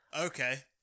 Okay